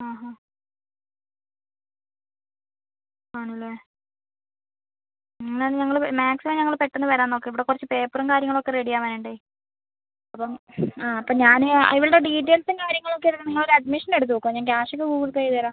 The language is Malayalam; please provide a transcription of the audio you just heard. ആഹാ ആണല്ലേ എന്നാൽ ഞങ്ങൾ മാക്സിമം ഞങ്ങൾ പെട്ടെന്ന് വരാന് നോക്കാം ഇവിടെ കുറച്ച് പേപ്പറും കാര്യങ്ങളും ഒക്കെ റെഡി ആവാനുണ്ടേ അപ്പം ആ അപ്പം ഞാനേ ഇവളുടെ ഡീറ്റയില്സും കാര്യങ്ങളും ഒക്കെ നിങ്ങൾ ഒരു അഡ്മിഷന് എടുത്തു വയ്ക്കൂ ഞാന് ക്യാഷ് ഒക്കെ ഗൂഗിള് പേ ചെയ്തു തരാം